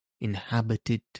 inhabited